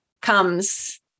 comes